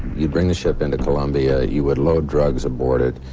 you'd bring the ship into colombia. you would load drugs aboard it,